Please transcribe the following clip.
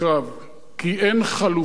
כי אין חלופה לאמת שלו,